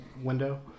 window